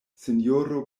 sinjoro